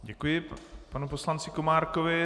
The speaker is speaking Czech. Děkuji panu poslanci Komárkovi.